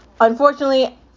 unfortunately